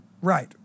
Right